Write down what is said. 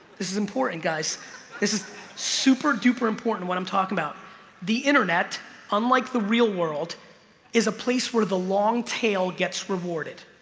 this is important guys this is superduper important what i'm talking about the internet unlike the real world is a place where the longtail gets rewarded